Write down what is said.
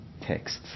texts